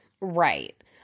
Right